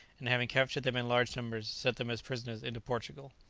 and having captured them in large numbers, sent them as prisoners into portugal.